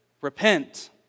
repent